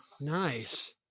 Nice